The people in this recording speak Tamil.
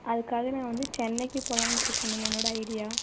அதுக்காக நான் வந்து சென்னைக்கி போலான்ருக்கேன் மேம் என்னோட ஐடியா